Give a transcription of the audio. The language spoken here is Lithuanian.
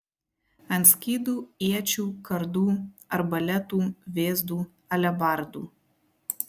ant skydų iečių kardų arbaletų vėzdų alebardų